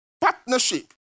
Partnership